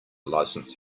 license